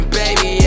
baby